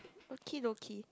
okie dokie